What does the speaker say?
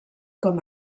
com